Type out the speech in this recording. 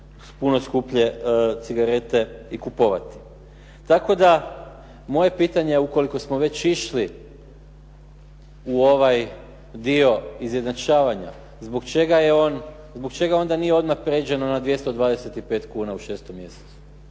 puno skuplje cigarete i kupovati. Tako da moje pitanje ukoliko smo već išli u ovaj dio izjednačavanja, zbog čega odmah nije pređeno na 225 kuna u 6 mjesecu